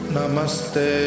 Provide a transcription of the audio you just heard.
Namaste